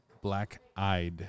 Black-eyed